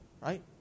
Right